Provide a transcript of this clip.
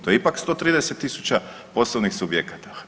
To je ipak 130 tisuća poslovnih subjekata.